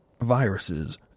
viruses